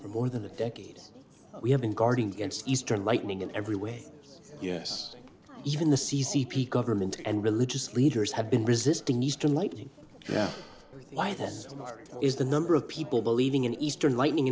for more than a decade we have been guarding against easter lightning in every way yes even the c c p government and religious leaders have been resisting easter lightning yeah why this is the number of people believing in eastern lightning